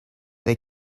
they